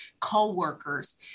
co-workers